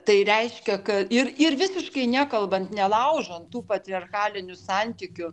tai reiškia ka ir ir visiškai nekalbant nelaužant tų patriarchalinių santykių